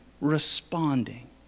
responding